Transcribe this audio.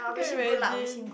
you can't imagine